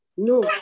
No